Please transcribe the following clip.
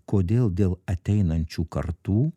kodėl dėl ateinančių kartų